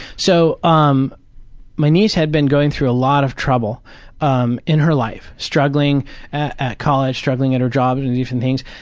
so, um my niece had been going through a lot of trouble um in her life, struggling at college, struggling at her job and and different things,